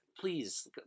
please